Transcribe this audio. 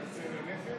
מצביע רם שפע,